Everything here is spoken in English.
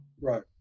right